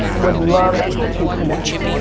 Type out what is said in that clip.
would love to connect.